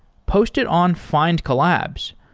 post it on findcollabs.